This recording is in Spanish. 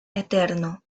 eterno